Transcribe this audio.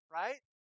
right